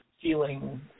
feeling